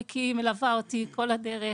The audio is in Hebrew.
ריקי מלווה אותי כל הדרך,